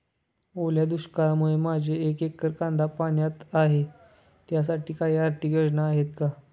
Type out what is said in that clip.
ओल्या दुष्काळामुळे माझे एक एकर कांदा पाण्यात आहे त्यासाठी काही आर्थिक योजना आहेत का?